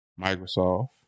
Microsoft